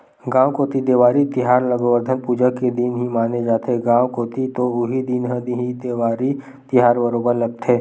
गाँव कोती देवारी तिहार ल गोवरधन पूजा के दिन ही माने जाथे, गाँव कोती तो उही दिन ह ही देवारी तिहार बरोबर लगथे